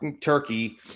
Turkey